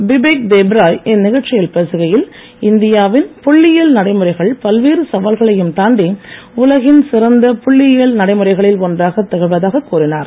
பிபேக் தேப்ராய் இந்நிகழ்ச்சியில் பேசுகையில் இந்தியா வில் புள்ளியியல் நடைமுறைகள் பல்வேறு சவால்களையும் தாண்டி உலகின் சிறந்த புள்ளியியல் நடைமுறைகளில் ஒன்றாகத் திகழ்வதாகக் கூறினார்